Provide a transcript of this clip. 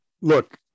look